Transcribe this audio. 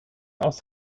aus